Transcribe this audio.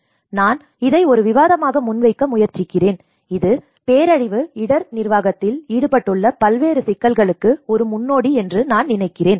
எனவே நான் இதை ஒரு விவாதமாக முன்வைக்க முயற்சிக்கிறேன் இது பேரழிவு இடர் நிர்வாகத்தில் ஈடுபட்டுள்ள பல்வேறு சிக்கல்களுக்கு ஒரு முன்னோடி என்று நான் நினைக்கிறேன்